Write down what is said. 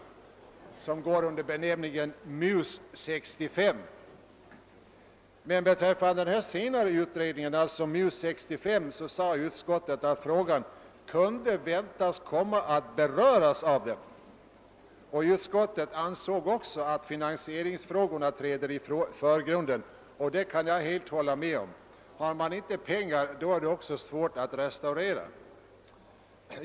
Den senare går under benämningen MUS 65. Beträffande den sistnämnda utredningen uttalade utskottet emellertid att frågan kunde väntas kom ma att >»beröras» av densamma. Utskottet ansåg också att finansieringsfrågorna är av stor betydelse, och det kan jag helt hålla med om. Har man inte pengar, är det också svårt att restaurera.